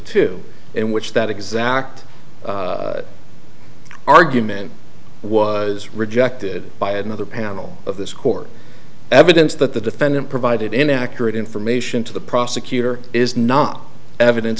two in which that exact argument was rejected by another panel of this court evidence that the defendant provided inaccurate information to the prosecutor is not evidence